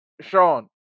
Sean